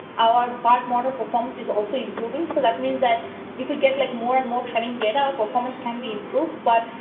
our bot model performance is also improving. so, that means that if we get like more and more training data performance can be improved. but.